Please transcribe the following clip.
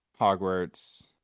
Hogwarts